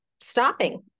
stopping